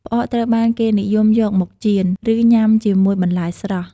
ផ្អកត្រូវបានគេនិយមយកមកចៀន ឬញ៉ាំជាមួយបន្លែស្រស់។